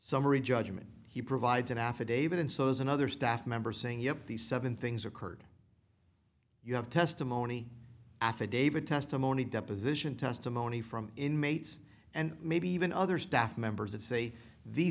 summary judgment he provides an affidavit and so is another staff member saying yep these seven things occurred you have testimony affidavit testimony deposition testimony from inmates and maybe even other staff members that say the